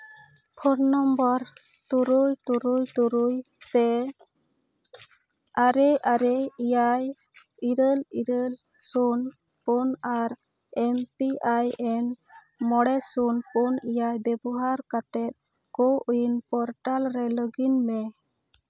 phone number ᱛᱩᱨᱩᱭ ᱛᱩᱨᱩᱭ ᱛᱩᱨᱩᱭ ᱯᱮ ᱟᱨᱮ ᱟᱨᱮ ᱮᱭᱟᱭ ᱤᱨᱟᱹᱞ ᱤᱨᱟᱹᱞ ᱥᱩᱱ ᱥᱩᱱ ᱯᱩᱱ ᱟᱨ ᱮᱢ ᱯᱤ ᱟᱭ ᱮᱱ ᱢᱚᱬᱮ ᱥᱩᱱ ᱯᱩᱱ ᱮᱭᱟᱭ ᱵᱮᱵᱚᱦᱟᱨ ᱠᱟᱛᱮᱜ ᱠᱳᱼᱩᱭᱤᱱ ᱯᱚᱨᱴᱟᱞ ᱨᱮ ᱞᱚᱜᱽ ᱤᱱ ᱢᱮ